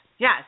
Yes